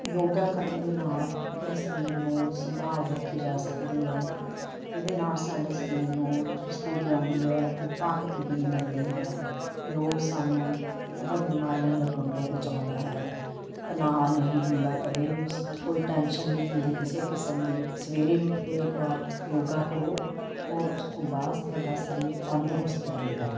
ਯੋਗਾ ਕਰਨ ਦੇ ਨਾਲ ਆਪਣੇ ਸਰੀਰ ਨੂੰ ਸੰਭਾਲ ਰੱਖੀ ਜਾ ਸਕਦੀ ਹੈ ਇਹਦੇ ਨਾਲ ਸਾਡੇ ਸਰੀਰ ਨੂੰ ਚੁਸਤੀ ਵੀ ਆਉਂਦੀ ਹੈ ਅਤੇ ਤਾਕਤ ਵੀ ਮਿਲਦੀ ਹੈ ਯੋਗ ਸਾਨੂੰ ਬਹੁਤ ਬਿਮਾਰੀਆਂ ਲੱਗਣ ਤੋਂ ਬਚਾਉਂਦਾ ਹੈ ਤਨਾਅ ਨਹੀਂ ਹੁੰਦਾ ਕਦੇ ਵੀ ਸ ਕੋਈ ਟੈਂਸ਼ਨ ਨਹੀਂ ਹੁੰਦੀ ਕਿਸੇ ਕਿਸਮ ਦੀ ਸਵੇਰੇ ਉੱਠ ਕੇ ਇੱਕ ਵਾਰ ਯੋਗਾ ਕਰੋ ਔਰ ਉਸ ਤੋਂ ਬਾਅਦ ਤੁਹਾਡਾ ਸਰੀਰ ਤੰਦਰੁਸਤ ਰਹੇਗਾ